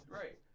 right